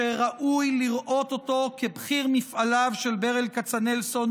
שראוי לראות אותו כבכיר מפעליו של ברל כצנלסון,